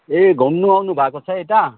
ए घुम्नु आउनु भएको छ यता